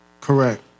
Correct